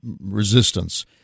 resistance